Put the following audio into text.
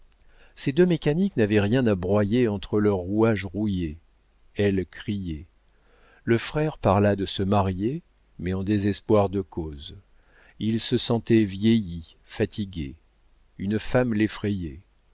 ces deux mécaniques n'avaient rien à broyer entre leurs rouages rouillés elles criaient le frère parla de se marier mais en désespoir de cause il se sentait vieilli fatigué une femme l'effrayait